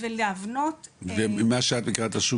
ולהבנות --- וממה שאת מכירה את השוק